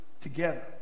together